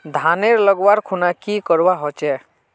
धानेर लगवार खुना की करवा होचे?